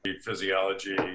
physiology